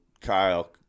kyle